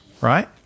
Right